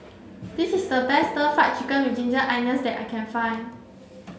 this is the best stir fry chicken with ginger onions that I can find